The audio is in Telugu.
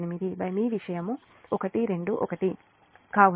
8 మీ విషయం 121